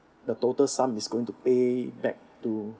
the total sum is going to pay back to